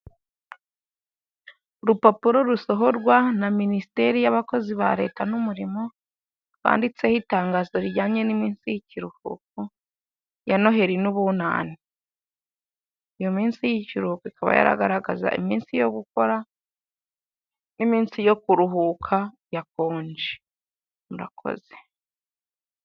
Urupapuro rusohorwa na minisiteri y'abakozi ba leta n'umurimo, banditseho itangazo rijyanye n'iminsi y'ikiruhuko ya noheli n'ubunani. Iyo minsi y'ikiruhuko ikaba igaragaragaza iminsi yo gukora n'iminsi yo kuruhuka yakonje mukoze.